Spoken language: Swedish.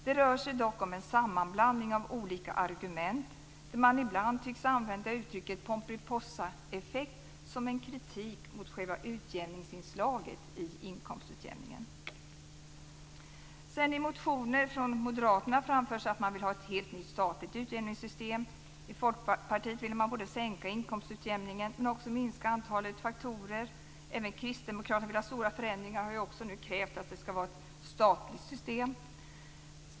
Det rör sig dock om en sammanblandning av olika argument, där man ibland tycks använda uttrycket "Pomperipossaeffekt" som en kritik mot själva utjämningsinslaget i inkomstutjämningen. I motioner från Moderaterna framförs att man vill ha ett helt nytt, statligt utjämningssystem. I Folkpartiet vill man både sänka inkomstutjämningen men också minska antalet faktorer. Även Kristdemokraterna vill ha stora förändringar och har nu krävt ett statligt system.